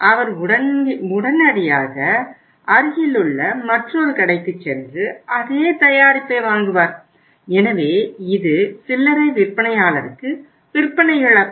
அவர் உடனடியாக அருகிலுள்ள மற்றொரு கடைக்குச் சென்று அதே தயாரிப்பை வாங்குவார் எனவே இது சில்லறை விற்பனையாளருக்கு விற்பனை இழப்பு